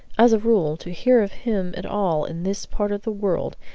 as a rule, to hear of him at all in this part of the world,